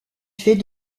fait